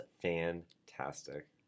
fantastic